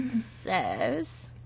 says